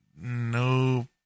no